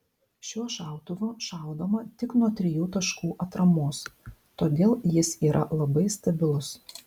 šiuo šautuvu šaudoma tik nuo trijų taškų atramos todėl jis yra labai stabilus